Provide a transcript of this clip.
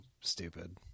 stupid